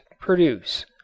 produce